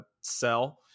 sell